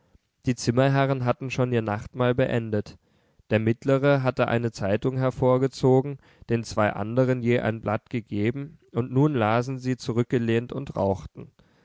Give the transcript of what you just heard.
die zimmerherren hatten schon ihr nachtmahl beendet der mittlere hatte eine zeitung hervorgezogen den zwei anderen je ein blatt gegeben und nun lasen sie zurückgelehnt und rauchten